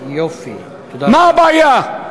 מה הבעיה?